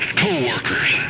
co-workers